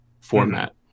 format